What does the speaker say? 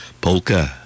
Polka